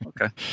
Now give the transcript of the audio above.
okay